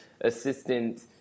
assistant